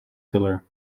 tiller